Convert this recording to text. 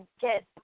get